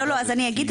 מה רע בזה?